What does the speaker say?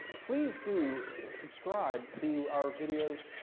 please do subscribe to our videos.